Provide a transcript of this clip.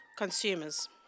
consumers